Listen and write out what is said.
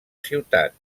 ciutat